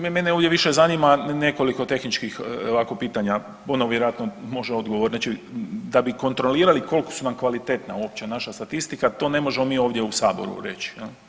Mene ovdje više zanima nekoliko tehničkih ovako pitanja, ono vjerojatno može odgovoriti, znači da bi kontrolirali koliko su nam kvalitetna uopće naša statistika to ne možemo mi ovdje u Saboru reći, jel.